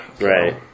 Right